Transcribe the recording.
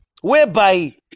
whereby